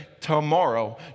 tomorrow